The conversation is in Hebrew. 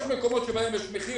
יש מקומות בהם יש מחיר